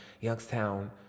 Youngstown